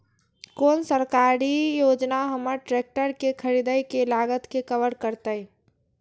कोन सरकारी योजना हमर ट्रेकटर के खरीदय के लागत के कवर करतय?